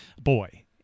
boy